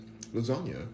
Lasagna